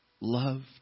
loved